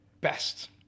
best